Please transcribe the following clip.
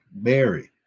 Mary